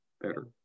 better